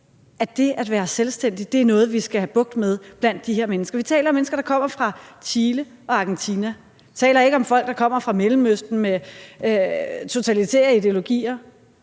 at det at være selvstændig er noget, vi skal have bugt med blandt de her mennesker. Vi taler om mennesker, der kommer fra Chile og Argentina. Vi taler ikke om folk, der kommer fra Mellemøsten, med totalitære ideologier.